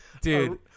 dude